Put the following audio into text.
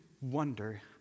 wonder